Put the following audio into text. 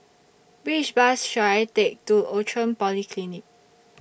Which Bus should I Take to Outram Polyclinic